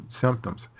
symptoms